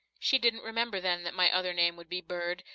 she didn't remember then that my other name would be bird,